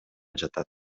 жатат